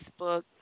Facebook